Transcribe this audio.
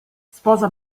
sposa